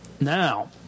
Now